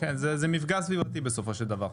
כן, זה מפגע סביבתי בסופו של דבר.